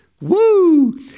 Woo